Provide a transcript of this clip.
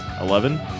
eleven